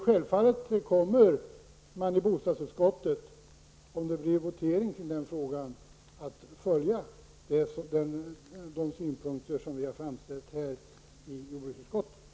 Självfallet kommer man i bostadsutskottet, om det blir votering i den frågan, att följa de synpunkter som vi har framställt i jordbruksutskottet.